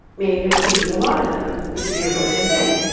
meaning that we can eat a lot of them, which would be a really good thing.